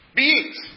beings